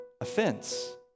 offense